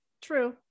true